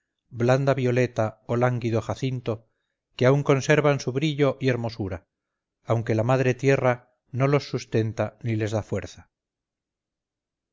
blanda violeta o lánguido jacinto que aun conservan su brillo y hermosura aunque la madre tierra no los sustenta ni les da fuerza